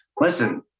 Listen